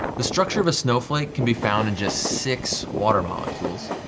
the structure of a snowflake can be found in just six water molecules.